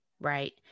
Right